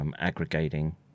aggregating